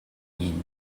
ийм